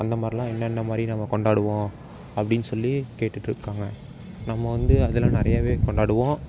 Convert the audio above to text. அந்தமாதிரிலாம் என்னென்ன மாதிரி நம்ம கொண்டாடுவோம் அப்டின்னு சொல்லி கேட்டுட்டுருக்காங்க நம்ம வந்து அதில் நிறையாவே கொண்டாடுவோம்